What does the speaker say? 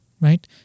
right